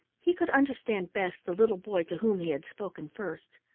he could understand best the little boy to whom he had spoken first.